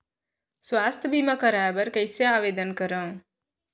स्वास्थ्य बीमा करवाय बर मैं कइसे आवेदन करव?